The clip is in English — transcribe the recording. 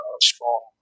strong